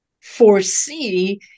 foresee